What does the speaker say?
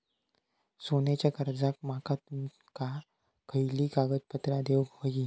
सोन्याच्या कर्जाक माका तुमका खयली कागदपत्रा देऊक व्हयी?